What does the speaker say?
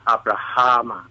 Abraham